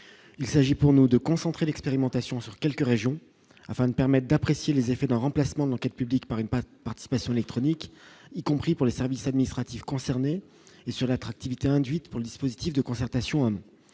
il s'agit pour nous de concentrer l'expérimentation sur quelques régions afin de permettent d'apprécier les effets d'un remplacement d'enquête publique par une participation les chroniques, y compris pour les services administratifs concernés et sur l'attractivité induites par le dispositif de concertation, il